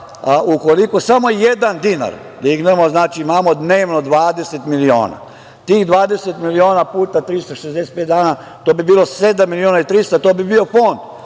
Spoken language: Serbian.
Ukoliko samo jedan dinar dignemo, imamo dnevno 20 miliona. Tih 20 miliona puta 365 dana, to bi bilo sedam miliona i 300. To bi bio fond